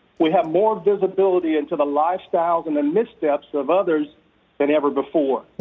we have more visibility into the lifestyles and the missteps of others than ever before.